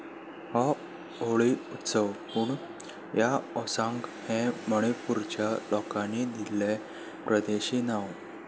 हो होळी उत्सव पूण ह्या उत्सवाक हें मणिपूरच्या लोकांनी दिल्लें प्रदेशी नांव